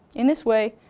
in this way,